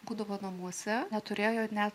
būdavo namuose neturėjo net